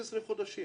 15 חודשים